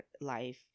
life